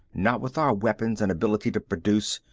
not with our weapons and ability to produce.